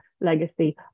legacy